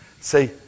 See